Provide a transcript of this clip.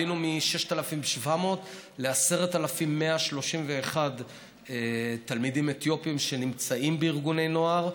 עלינו מ-6,700 ל-10,131 תלמידים אתיופים שנמצאים בארגוני נוער,